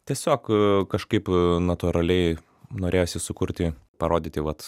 tiesiog kažkaip natūraliai norėjosi sukurti parodyti vat